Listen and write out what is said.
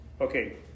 Okay